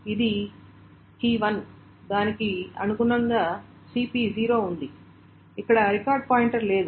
ఇది key1 దానికి అనుగుణంగా cp0 ఉంది ఇక్కడ రికార్డ్ పాయింటర్ లేదు